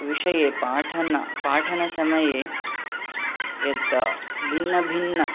विषये पाठन पाठनसमये यत् भिन्नभिन्न